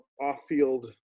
off-field